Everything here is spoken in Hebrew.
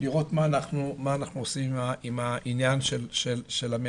לראות מה אנחנו עושים עם העניין של המדיות